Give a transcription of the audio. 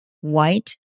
white